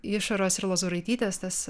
išoros ir lozuraitytės tas